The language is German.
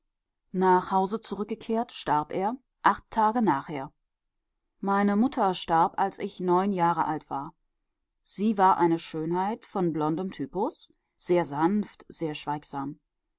nach hause zurückgekehrt starb er acht tage nachher meine mutter starb als ich neun jahre alt war sie war eine schönheit von blondem typus sehr sanft sehr schweigsam